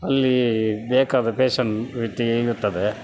ಅಲ್ಲಿ ಬೇಕಾದ ಪೇಶನ್ ರೀತಿ ಇರುತ್ತವೆ